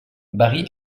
bari